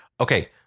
Okay